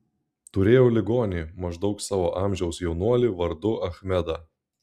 turėjau ligonį maždaug savo amžiaus jaunuolį vardu achmedą